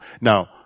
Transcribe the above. Now